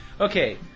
Okay